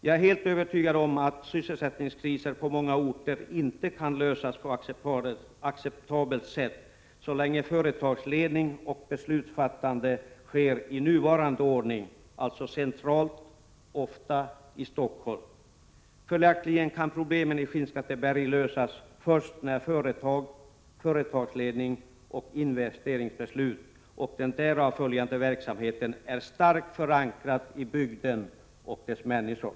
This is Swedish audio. Jag är helt övertygad om att sysselsättningskriser på många orter inte kan lösas på ett acceptabelt sätt så länge företagsledningen finns centralt, ofta i Stockholm, och beslutsfattandet sker i nuvarande ordning. Följaktligen kan problemen i Skinnskatteberg lösas först när företag, företagsledning, investeringsbeslut och den därav följande verksamheten är starkt förankrade i bygden och hos dess människor.